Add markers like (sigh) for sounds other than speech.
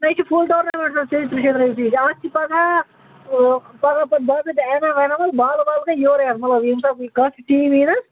نہ یہِ چھِ فُل ٹورنمنٹَس حظ تیٚیہِ تٕرٛہ شتھ رۄپیہِ اَتھ چھِ پگاہ پگاہ پَتہٕ باضٲبطہٕ انعام ونعام حظ بالہٕ والہٕ گٔے یورَے حظ مطلَب (unintelligible)